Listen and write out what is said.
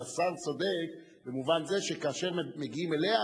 אבל השר צודק במובן זה שכאשר מגיעים אליה,